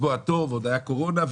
לקבוע תור ועוד היה קורונה,